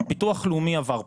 ביטוח לאומי עבר פה,